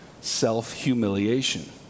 self-humiliation